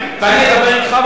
ואני אדבר אתך,